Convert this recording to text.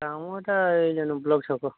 କାମଟା ଏଇ ଯେନ୍ ବ୍ଲକ୍ ସକ